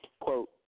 quote